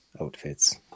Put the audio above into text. outfits